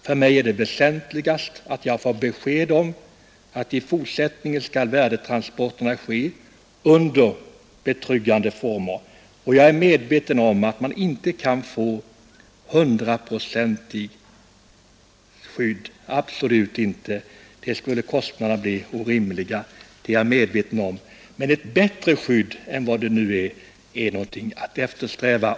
För mig är det väsentligast att jag får besked om att värdetransporterna i fortsättningen skall ske under betryggande former. Jag är medveten om att man inte kan få hundraprocentigt skydd, absolut inte. Kostnaderna skulle då bli orimliga, men ett bättre skydd än nu är något att eftersträva.